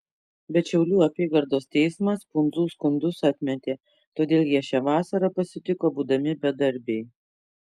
bet šiaulių apygardos teismas pundzų skundus atmetė todėl jie šią vasarą pasitiko būdami bedarbiai